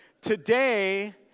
Today